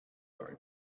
hot